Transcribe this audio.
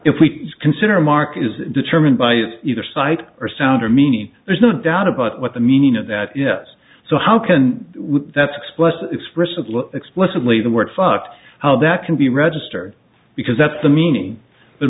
if we consider mark is determined by either sight or sound or meaning there's no doubt about what the meaning of that yet so how can we that's explicit explicitly explicitly the word fuck how that can be registered because that's the meaning th